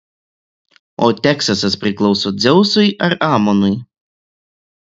o teksasas priklauso dzeusui ar amonui